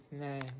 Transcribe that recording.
name